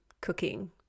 cooking